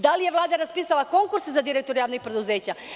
Da li je Vlada raspisala konkurs za direktore javnih preduzeća?